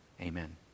Amen